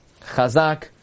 Chazak